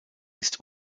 ist